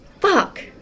Fuck